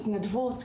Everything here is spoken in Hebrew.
התנדבות,